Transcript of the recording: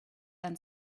then